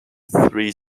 three